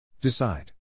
Decide